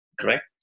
correct